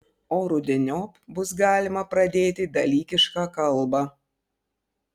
o rudeniop bus galima pradėti dalykišką kalbą